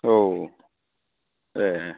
औ ए